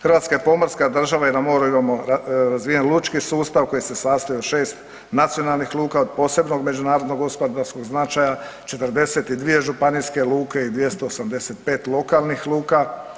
Hrvatska je pomorska država i na moru imamo razvijen lučki sustav koji se sastoji od 6 nacionalnih luka, od posebnog međunarodnog gospodarskog značaja, 42 županijske luke i 285 lokalnih luka.